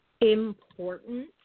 important